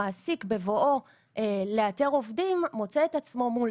המעסיק בבואו לאתר עובדים מוצא את עצמו מול